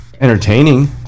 entertaining